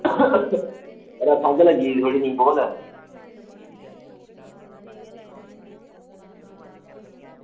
यरो खंघ लग्गी दी थोह्ड़ी नेही बोल